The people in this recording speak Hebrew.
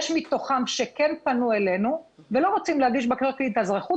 יש מתוכם שכן פנו אלינו ולא רוצים להגיש בקשות להתאזרחות